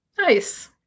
Nice